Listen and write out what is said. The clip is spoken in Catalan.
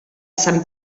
sant